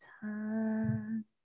time